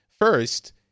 First